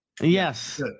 Yes